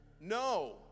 No